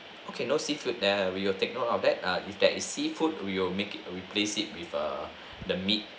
okay no seafood there we will take note of that ah if that is seafood will make it replace it with err the meat